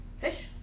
Fish